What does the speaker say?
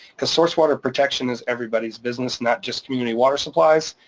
cause source water protection is everybody's business and not just community water supplies,